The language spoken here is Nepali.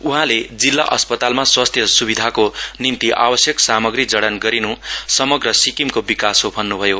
उहाँले गेजिङको जिल्ला अस्पतालमा स्वस्थ स्विधाको निम्ति आवस्यक सामाग्री जडान गरिन् समग्र सिक्किमको विकास हो भन्न्भयो